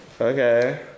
Okay